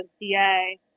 DA